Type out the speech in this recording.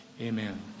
amen